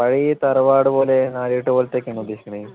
പഴയ തറവാട് പോലെ നാലുകെട്ട് പോലെത്തെയാണോ ഉദേശിക്കുന്നത്